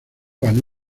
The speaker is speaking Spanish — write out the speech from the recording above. ganó